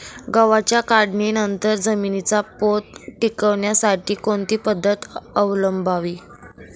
गव्हाच्या काढणीनंतर जमिनीचा पोत टिकवण्यासाठी कोणती पद्धत अवलंबवावी?